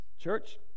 Church